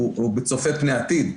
הוא צופה פני העתיד.